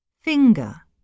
Finger